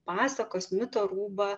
pasakos mito rūbą